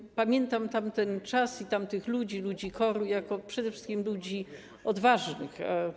I pamiętam tamten czas i tamtych ludzi, ludzi KOR-u, jako przede wszystkim ludzi odważnych.